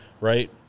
right